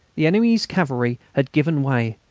the enemy's cavalry had given way,